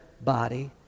body